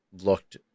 looked